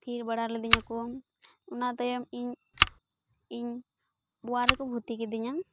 ᱛᱷᱤᱨ ᱵᱟᱲᱟ ᱞᱮᱫᱤᱧᱟ ᱠᱚ ᱚᱱᱟ ᱛᱟᱭᱚᱱ ᱤᱧ ᱤᱧ ᱳᱭᱟᱱ ᱨᱮᱠᱚ ᱵᱷᱚᱨᱛᱤ ᱠᱤᱫᱤᱧᱟ